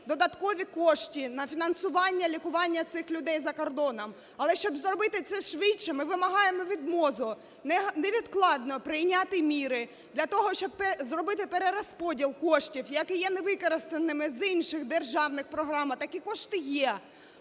додаткові кошти на фінансування, лікування цих людей за кордоном. Але щоб зробити це швидше, ми вимагаємо від МОЗу невідкладно прийняти міри для того, щоб зробити перерозподіл коштів, які є невикористаними, з інших державних програм (а такі кошти є),